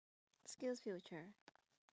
skills future